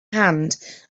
hand